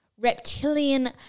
reptilian